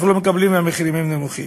אנחנו לא מקבלים אם המחירים נמוכים.